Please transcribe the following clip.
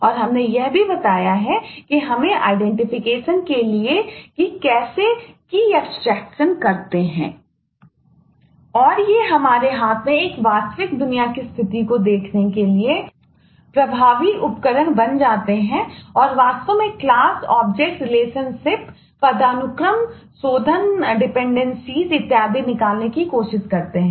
और ये हमारे हाथ में एक वास्तविक दुनिया की स्थिति को देखने के लिए प्रभावी उपकरण बन जाते हैं और वास्तव में क्लास है